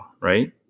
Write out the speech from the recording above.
right